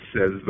says